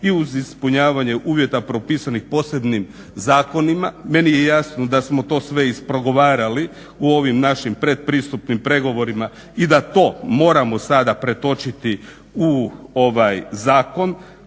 i uz ispunjavanje uvjeta propisanih posebnim zakonima.". Meni je jasno da smo to sve isprogovarali u ovim našim pretpristupnim pregovorima i da to moramo sad pretočiti u ovaj zakon,